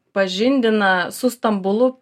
pažindina su stambulu